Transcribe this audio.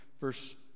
verse